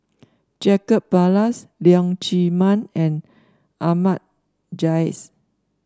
Jacob Ballas Leong Chee Mun and Ahmad Jais